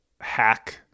hack